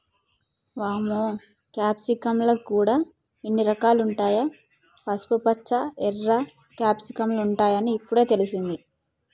వామ్మో క్యాప్సికమ్ ల గూడా ఇన్ని రకాలుంటాయా, పసుపుపచ్చ, ఎర్ర క్యాప్సికమ్ ఉంటాయని ఇప్పుడే తెలిసింది